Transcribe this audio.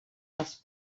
les